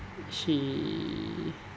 she